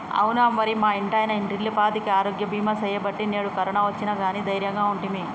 అవునా మరి మా ఇంటాయన ఇంటిల్లిపాదికి ఆరోగ్య బీమా సేయబట్టి నేడు కరోనా ఒచ్చిన గానీ దైర్యంగా ఉంటిమి